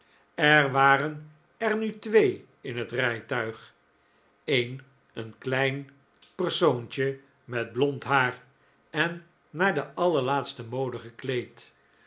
er waren er nu twee in het rijtuig een een klein persoontje met blond haar en naar de allerlaatste mode gekleed